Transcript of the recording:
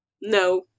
no